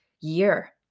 year